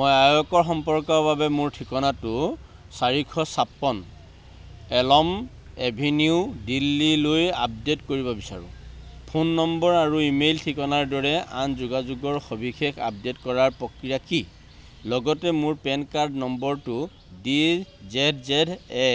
মই আয়কৰ সম্পৰ্কৰ বাবে মোৰ ঠিকনাটো চাৰি পাঁচ ছয় এলম এভিনিউ দিল্লীলৈ আপডেট কৰিব বিচাৰো ফোন নম্বৰ আৰু ইমেইল ঠিকনাৰ দৰে আন যোগাযোগৰ সবিশেষ আপডেট কৰাৰ প্ৰক্ৰিয়া কি লগতে মোৰ পেন কাৰ্ড নম্বৰটো ডি জেদ জেদ এ